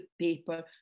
paper